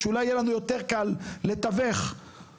שאולי יהיה לנו יותר קל לתווך בנתונים.